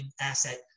asset